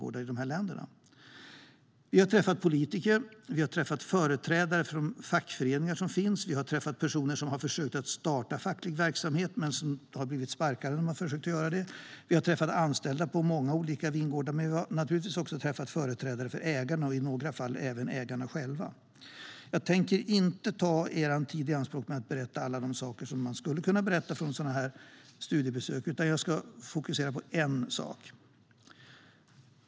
En samlad strategi för alkohol-, narkotika-, dopnings och tobaks-politiken 2016-2020 Vi träffade politiker, företrädare för de fackföreningar som finns, personer som har försökt bygga upp facklig verksamhet men som fått sparken och anställda på olika vingårdar. Vi träffade givetvis även företrädare för ägarna och i några fall ägarna själva. Jag tänker inte ta er tid i anspråk för att berätta alla de saker jag skulle kunna berätta från dessa studiebesök, utan jag ska fokusera på en enda sak.